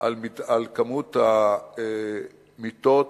על מספר המיטות